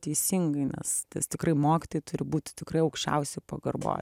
teisingai nes tikrai mokytojai turi būti tikrai aukščiausioj pagarboj